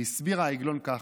והסביר העגלון ככה: